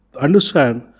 understand